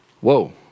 Whoa